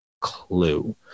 Clue